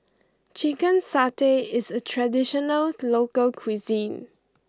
Chicken Satay is a traditional local cuisine